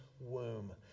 womb